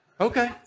Okay